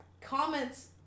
comments